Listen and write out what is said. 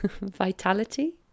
vitality